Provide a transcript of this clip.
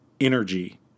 energy